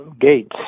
gates